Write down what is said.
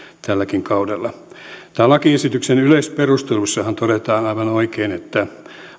tälläkin kaudella tämän lakiesityksen yleisperusteluissahan todetaan aivan oikein että